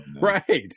Right